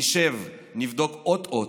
נשב ונבדוק אות-אות,